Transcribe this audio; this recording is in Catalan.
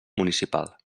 municipal